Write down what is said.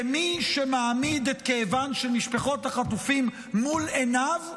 כי מי שמעמיד את כאבן של משפחות החטופים מול עיניו,